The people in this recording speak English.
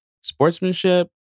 sportsmanship